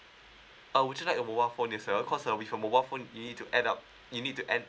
uh would you like a mobile phone as well cause uh with a mobile phone you need to add up you need to add